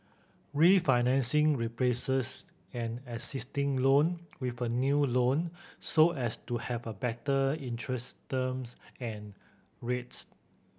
refinancing replaces an existing loan with a new loan so as to have a better interest terms and rates